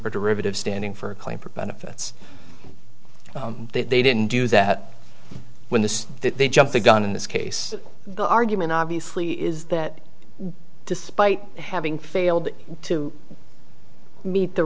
or derivative standing for a claim for benefits they didn't do that when the they jumped the gun in this case the argument obviously is that despite having failed to meet the